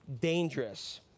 dangerous